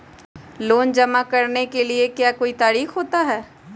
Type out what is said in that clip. Loan जमा करेंगे एगो तारीक होबहई?